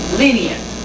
lenient